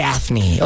Daphne